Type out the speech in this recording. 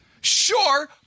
Sure